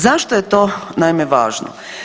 Zašto je to naime važno?